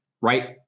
right